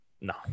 No